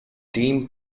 team